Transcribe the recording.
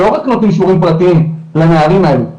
שלא רק נותנים שיעורים פרטיים לנערים האלו,